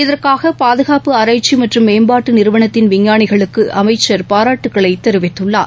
இதற்காக பாதுகாப்பு ஆராய்ச்சி மற்றும் மேம்பாட்டு நிறவனத்தின் விஞ்ஞானிகளுக்கு அமைச்சர் பாராட்டுக்களை தெரிவித்துள்ளார்